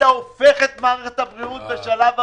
אתה הופך את מערכת הבריאות בשלב הראשון.